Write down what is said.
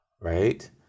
right